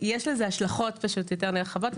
יש לזה השלכות יותר נרחבות,